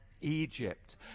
Egypt